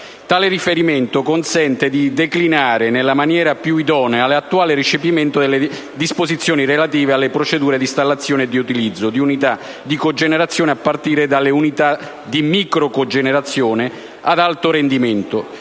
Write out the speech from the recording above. Tale riferimento consente di declinare nella maniera piuidonea l’attuale recepimento delle disposizioni relative alle procedure di installazione e di utilizzo di unita di cogenerazione, a partire dalle unitadi microcogenerazione ad alto rendimento,